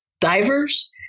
divers